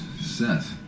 Seth